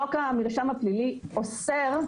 חוק המרשם הפלילי אוסר,